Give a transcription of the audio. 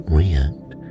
react